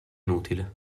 inutile